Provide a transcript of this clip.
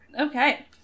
Okay